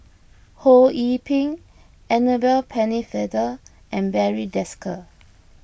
Ho Yee Ping Annabel Pennefather and Barry Desker